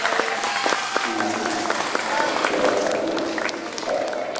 खाना पीना अच्छा उसके बाद पटना